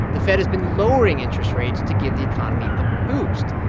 the fed has been lowering interest rates to give the economy a boost.